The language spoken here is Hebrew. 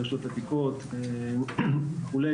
רשות העתיקות וכו',